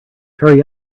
hurry